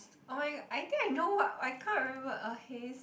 [oh]-my-god I think I know what but I can't remember uh haste